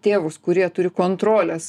tėvus kurie turi kontrolės